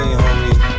homie